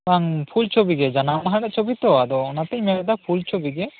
ᱵᱟᱝ ᱯᱷᱩᱞ ᱪᱷᱚᱵᱤ ᱜᱮ ᱡᱟᱱᱟᱢ ᱢᱟᱦᱟ ᱨᱮ ᱪᱷᱚᱵᱤ ᱛᱚ ᱟᱫᱚ ᱚᱱᱟᱛᱮᱧ ᱢᱮᱱᱮᱫᱟ ᱯᱷᱩᱞ ᱪᱷᱚᱵᱤ ᱜᱮ